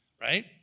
right